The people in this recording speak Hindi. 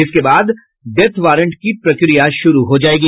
इसके बाद डेथ वारंट की प्रक्रिया शुरू हो जायेगी